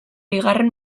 bigarren